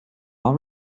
all